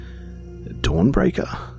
Dawnbreaker